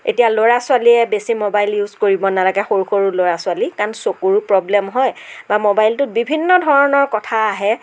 এতিয়া ল'ৰা ছোৱালীয়ে বেছি মোবাইল ইউজ কৰিব নালাগে সৰু সৰু ল'ৰা ছোৱালী কাৰণ চকুৰো প্ৰব্লেম হয় মোবাইলটোত বিভিন্ন ধৰণৰ কথা আহে